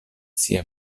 sia